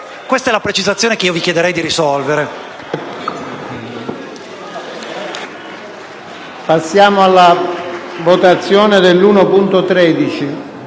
Passiamo alla votazione della